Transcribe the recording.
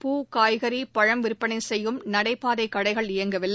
பூ காய்கறி பழம் விற்பனை செய்யும் நடைபாதை கடைகள் இயங்கவில்லை